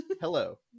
Hello